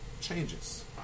changes